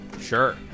Sure